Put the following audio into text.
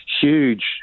huge